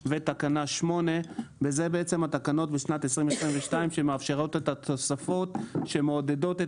ותקנה 8 ואלה התקנות בשנת 2022 שמאפשרות את התוספות שמעודדות את